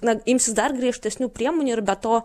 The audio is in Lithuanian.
na imsis dar griežtesnių priemonių ir be to